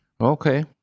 okay